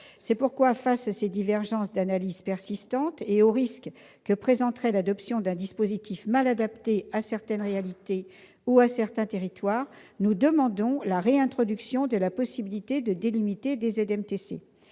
raison pour laquelle, face à ces divergences d'analyse persistantes et aux risques que présenterait l'adoption d'un dispositif mal adapté à certaines réalités ou à certains territoires, nous souhaitons réintroduire la possibilité de délimiter des ZMTC.